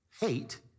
hate